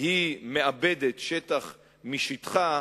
בה היא מאבדת שטח משטחה,